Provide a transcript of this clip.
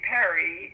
Perry